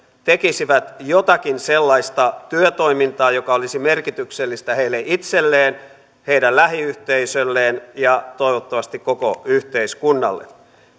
tekisivät jotakin sellaista työtoimintaa joka olisi merkityksellistä heille itselleen heidän lähiyhteisöilleen ja toivottavasti koko yhteiskunnalle